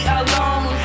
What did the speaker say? alone